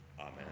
Amen